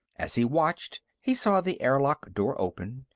as he watched, he saw the airlock door open.